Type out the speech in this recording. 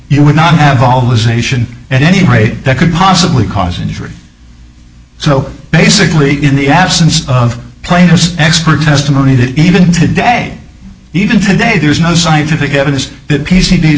you would not have all this nation at any rate that could possibly cause injury so basically in the absence of platers expert testimony that even today even today there is no scientific evidence that p